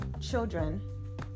children